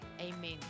Amen